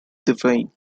divine